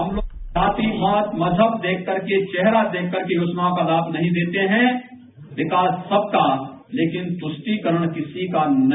हम लोग जातिवाद मज़हब देखकर के चेहरा देख करके योजनाथों का लाम नहीं देते हैं विकास सबका लेकिन तुष्टिकरण किसी का नहीं